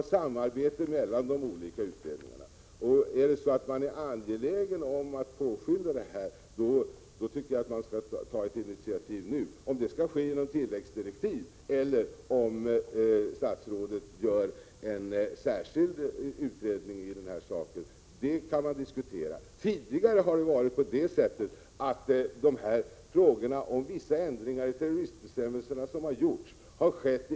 I samma artikel påstår Marianne Nordström, Alsike, att ”hade de inte fått hjälp hade fler varit utvisade i dag. I Asylkommittén har vi den erfarenheten att de som polisen inte hittar så småningom får stanna. Nyligen pratade jag med en man som berättade att samtliga 29 som han gömt hade fått stanna kvar i Sverige.” Ärstatsrådet beredd föreslå åtgärder mot dem som gömmer personer vilka enligt beslut baserade på gällande regler skall utvisas från Sverige?